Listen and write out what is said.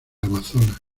amazonas